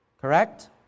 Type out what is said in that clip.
Correct